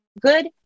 good